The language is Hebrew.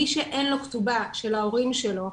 מי שאין לו כתובה של ההורים שלו,